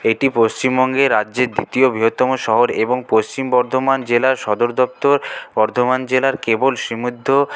এটি পশ্চিমবঙ্গে রাজ্যের দ্বিতীয় বৃহত্তম শহর এবং পশ্চিম বর্ধমান জেলার সদর দপ্তর বর্ধমান জেলার কেবল সীমিত